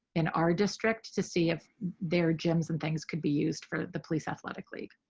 in our district to see if their gyms and things could be used for the police athletic league.